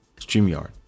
StreamYard